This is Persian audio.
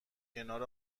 کنار